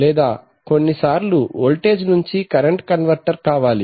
లేదా కొన్ని సార్లు వోల్టేజ్ నుంచి కరెంట్ కన్వర్టర్ కావాలి